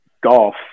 golf